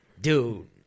Dude